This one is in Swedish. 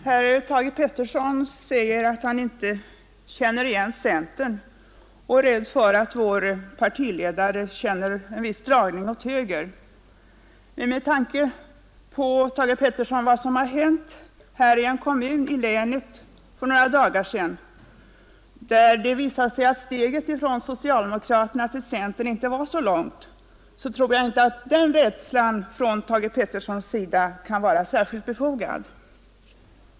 Herr talman! Herr Peterson i Nacka säger att han inte känner igen centern och är rädd för att vår partiledare känner en viss dragning åt höger. Men med tanke på vad som har hänt i en kommun här i länet för några dagar sedan, där det visade sig att steget från socialdemokratin till centern inte var så värst långt, tror jag inte att den rädslan hos herr Thage Peterson kan vara särskilt befogad.